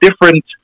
different